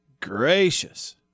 Gracious